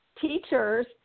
teachers